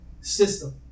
system